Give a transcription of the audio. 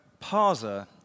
parser